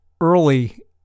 early